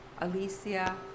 Alicia